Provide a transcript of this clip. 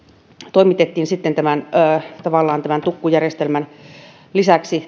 toimitettiin sitten tavallaan tukkujärjestelmän lisäksi